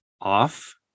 off